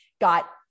got